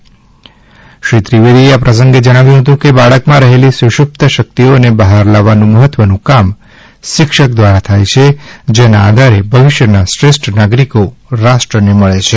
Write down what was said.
શ્રી રાજેન્દ્ર ત્રિવેદીએ આ પ્રસંગે જણાવ્યું હતુ કે બાળકમાં રહેલી સુષુપ્ત શક્તિઓને બહાર લાવવાનું મહત્વનું કામ શિક્ષક દ્વારા થાય છે જેના આધારે ભવિષ્યના શ્રેષ્ઠ નાગરિકો રાષ્ટ્રને મળે છે